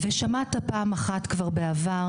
שמעת פעם אחת כבר בעבר,